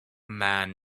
man